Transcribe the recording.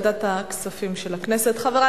הכספים נתקבלה.